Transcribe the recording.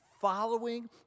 following